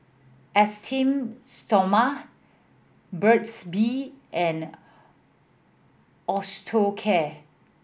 Esteem Stoma Burt's Bee and Osteocare